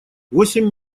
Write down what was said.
восемь